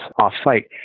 off-site